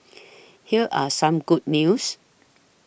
here are some good news